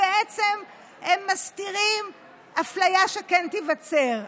ובעצם הם מסתירים את האפליה שכן תיווצר.